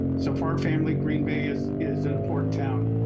so far, our family green bay is is an important town.